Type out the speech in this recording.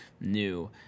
new